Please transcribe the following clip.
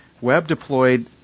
web-deployed